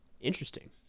Interesting